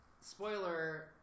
spoiler